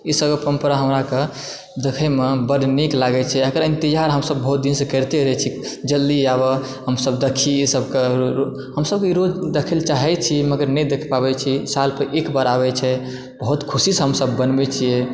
ई सभक परम्परा हमराके देखैमे बड़ नीक लागै छै एकर इन्तजार हमसभ बहुत दिनसँ कैरिते रहै छी जल्दी आबऽ हमसभ देखी ई सभके हमसभ ई रोज दखै लए चाहै छी मगर नहि देख पाबै छी साल पर एकबार आबै छै बहुत खुशीसँ हमसभ मनबै छियै